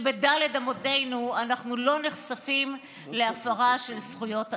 שבד' אמותינו אנחנו לא נחשפים להפרה של זכויות אדם.